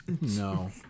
No